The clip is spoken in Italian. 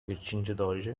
vercingetorige